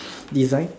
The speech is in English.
design